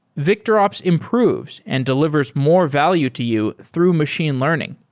victorops improves and delivers more value to you through machine learning.